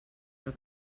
però